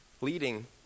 leading